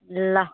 ल